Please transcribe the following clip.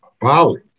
Bali